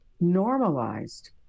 normalized